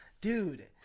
Dude